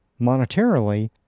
monetarily